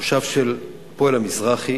מושב של "הפועל המזרחי",